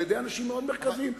על-ידי אנשים מאוד מרכזיים.